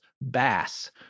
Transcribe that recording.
Bass